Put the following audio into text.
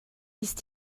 ist